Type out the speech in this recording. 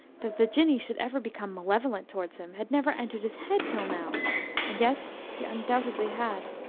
that the jinnee should ever become malevolent towards him had never entered his head till now and yet he undoubtedly had.